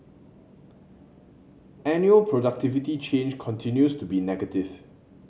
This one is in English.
annual productivity change continues to be negative